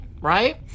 right